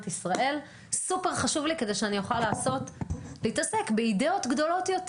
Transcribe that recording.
ישראל סופר חשוב לי כדי שנוכל להתעסק באידאות גדולות יותר.